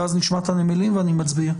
אחר כך נשמע את הנמלים ואני מצביע.